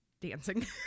dancing